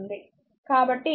కాబట్టి ఇక్కడ నేను v i R